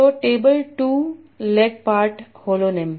तो table to leg part holonym